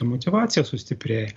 ta motyvacija sustiprėja